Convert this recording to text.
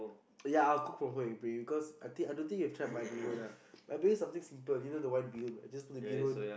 ya of course because I think I don't think you trap my bee-hoon lah I'm doing something simple you know the white bee-hoon just put the bee-hoon